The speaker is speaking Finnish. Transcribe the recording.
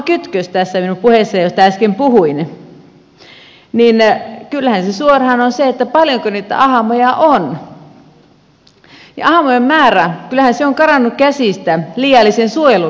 kyllähän se suoraan on se että paljonko niitä ahmoja on ja kyllähän ahmojen määrä on karannut käsistä liiallisen suojelun vuoksi